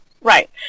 Right